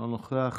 אינו נוכח,